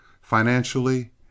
financially